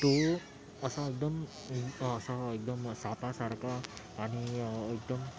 तो असा एकदम असा एकदम सापासारखा आणि एकदम